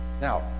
Now